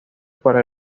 para